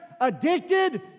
addicted